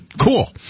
Cool